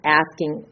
asking